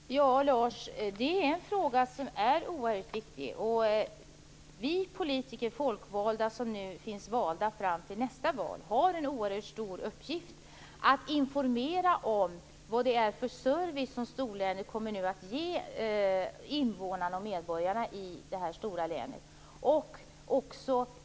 Herr talman! Ja, Lars, det är en fråga som är oerhört viktig. Vi folkvalda politiker som är valda fram till nästa val har en oerhört stor uppgift att informera om vad det är för service som storlänet nu kommer att ge invånarna och medborgarna i det stora länet.